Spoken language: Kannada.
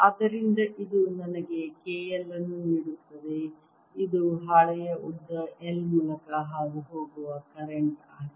ಆದ್ದರಿಂದ ಇದು ನನಗೆ K L ಅನ್ನು ನೀಡುತ್ತದೆ ಇದು ಹಾಳೆಯ ಉದ್ದ L ಮೂಲಕ ಹಾದುಹೋಗುವ ಕರೆಂಟ್ ಆಗಿದೆ